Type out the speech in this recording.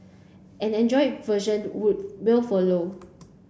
an Android version would will follow